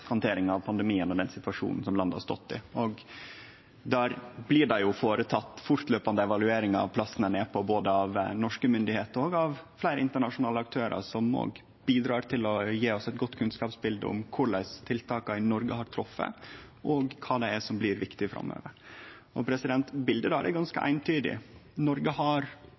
handteringa av pandemien og den situasjonen som landet har stått i. Der blir det jo gjort ei fortløpande evaluering av plassen ein er på, av både norske myndigheiter og fleire internasjonale aktørar, som òg bidrar til å gje oss eit godt kunnskapsbilde av korleis tiltaka i Noreg har treft, og kva som blir viktig framover. Bildet der er ganske eintydig. Noreg har